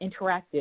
interactive